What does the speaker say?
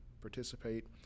participate